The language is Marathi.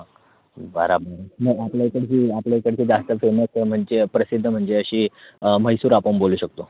बरं मग आपल्या इकडचे आपल्या इकडचे जास्त फेमस म्हणजे प्रसिद्ध म्हणजे असे म्हैसूर अप्पम बोलू शकतो